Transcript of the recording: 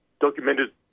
documented